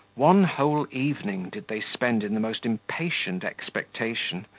one whole evening did they spend in the most impatient expectation,